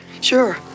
Sure